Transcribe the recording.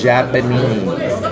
Japanese